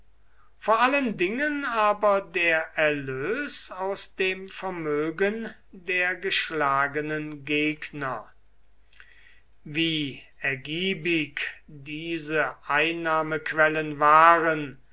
vor allen dingen aber der erlös aus dem vermögen der geschlagenen gegner wie ergiebig diese einnahmequellen waren